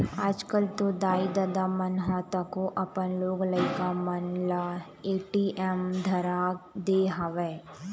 आजकल तो दाई ददा मन ह तको अपन लोग लइका मन ल ए.टी.एम धरा दे हवय